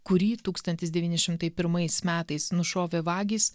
kurį tūkstantis devyni šimtai pirmais metais nušovė vagys